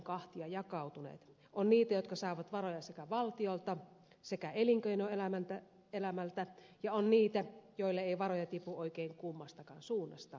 on niitä jotka saavat varoja sekä valtiolta että elinkeinoelämältä ja on niitä joille ei varoja tipu oikein kummastakaan suunnasta